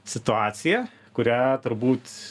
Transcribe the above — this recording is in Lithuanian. situacija kurią turbūt